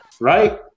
Right